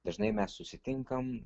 dažnai mes susitinkam